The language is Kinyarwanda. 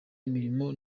imirimo